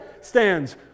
stands